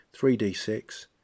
3d6